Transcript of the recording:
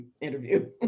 interview